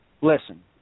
listen